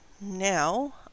now